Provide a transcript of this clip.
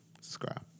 subscribe